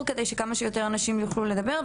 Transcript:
על מנת שכמה שיותר אנשים יוכלו לדבר.